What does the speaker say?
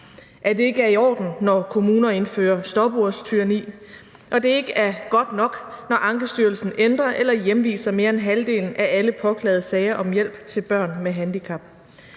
at det ikke er i orden, når kommuner indfører stopurstyranni, og at det ikke er godt nok, når Ankestyrelsen ændrer eller hjemviser mere end halvdelen af alle påklagede sager om hjælp til børn med handicap.